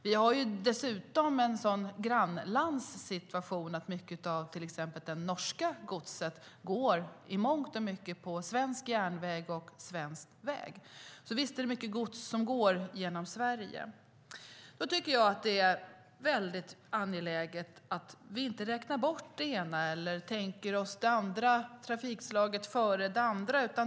Vi har dessutom en sådan grannlandssituation att mycket av till exempel det norska godset går på svensk järnväg och svensk väg. Så visst är det mycket gods som går genom Sverige. Då tycker jag att det är angeläget att vi inte räknar bort det ena eller tänker oss det ena trafikslaget före det andra.